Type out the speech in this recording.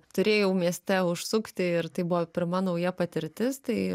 turėjau mieste užsukti ir tai buvo pirma nauja patirtis tai